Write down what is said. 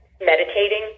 meditating